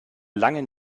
langen